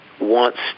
wants